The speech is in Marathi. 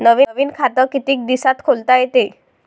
नवीन खात कितीक दिसात खोलता येते?